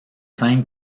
scènes